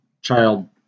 child